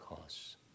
costs